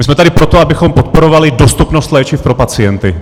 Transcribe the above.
My jsme tady proto, abychom podporovali dostupnost léčiv pro pacienty.